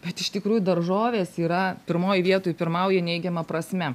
bet iš tikrųjų daržovės yra pirmoj vietoj pirmauja neigiama prasme